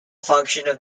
function